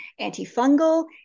antifungal